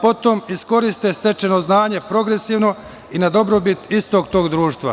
Potom da iskoriste stečeno znanje progresivno i na dobrobit tog istog društva.